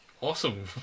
awesome